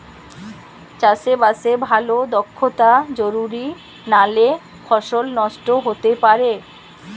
চাষে বাসে ভালো দক্ষতা জরুরি নালে ফসল নষ্ট হতে পারে